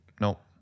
Nope